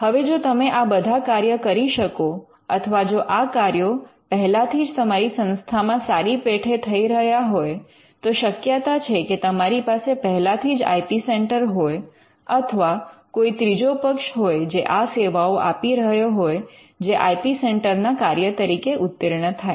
હવે જો તમે આ બધા કાર્ય કરી શકો અથવા જો આ કાર્યો પહેલાથી જ તમારી સંસ્થામાં સારી પેઠે થઈ રહ્યા હોય તો શક્યતા છે કે તમારી પાસે પહેલાથી જ આઇ પી સેન્ટર હોય અથવા કોઈ ત્રીજો પક્ષ હોય જે આ સેવાઓ આપી રહ્યો હોય જે આઇ પી સેન્ટર ના કાર્ય તરીકે ઉત્તીર્ણ થાય